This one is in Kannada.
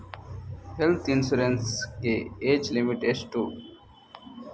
ಹೆಲ್ತ್ ಇನ್ಸೂರೆನ್ಸ್ ಗೆ ಏಜ್ ಲಿಮಿಟ್ ಎಷ್ಟು?